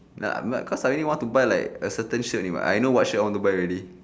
nah I mean cause I only want to buy like a certain shirt only mah I know what shirt I want to buy already